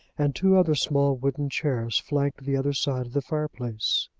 and two other small wooden chairs flanked the other side of the fireplace.